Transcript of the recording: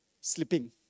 sleeping